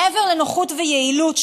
מעבר לנוחות ויעילות,